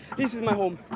this is my home.